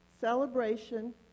celebration